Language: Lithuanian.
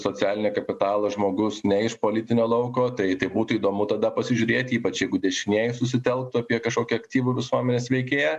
socialinį kapitalą žmogus ne iš politinio lauko tai tai būtų įdomu tada pasižiūrėt ypač jeigu dešinieji susitelktų apie kažkokią aktyvų visuomenės veikėją